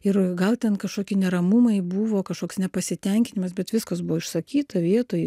ir gal ten kažkoki neramumai buvo kažkoks nepasitenkinimas bet viskas buvo išsakyta vietoj